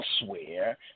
elsewhere